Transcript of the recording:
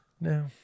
No